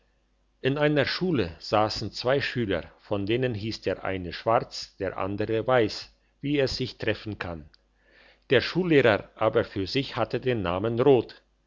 in einer schule sassen zwei schüler von denen hiess der eine schwarz der andere weiss wie es sich treffen kann der schullehrer aber für sich hatte den namen rot